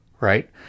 right